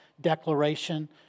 declaration